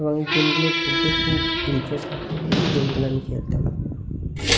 এবং এই গেমগুলো খেলতে খুব ইন্টারেস্ট লাগতো বলে এই গেমগুলো আমি খেলতাম